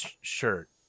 shirt